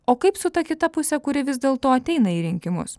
o kaip su ta kita puse kuri vis dėl to ateina į rinkimus